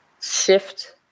shift